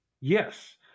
Yes